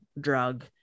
drug